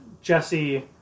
Jesse